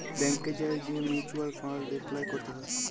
ব্যাংকে যাঁয়ে যে মিউচ্যুয়াল ফাল্ড এপলাই ক্যরতে হ্যয়